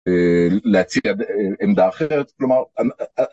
להציע עמדה אחרת. כלומר...